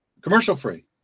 commercial-free